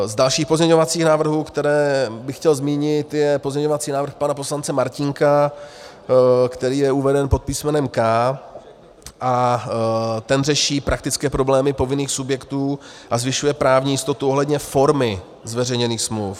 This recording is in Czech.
Z dalších pozměňovacích návrhů, které bych chtěl zmínit, je pozměňovací návrh pana poslance Martínka, který je uveden pod písmenem K, a ten řeší praktické problémy povinných subjektů a zvyšuje právní jistotu ohledně formy zveřejněných smluv.